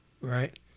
Right